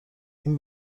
این